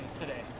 today